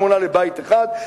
שמונה לבית אחד,